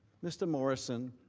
mr. morrison,